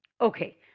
Okay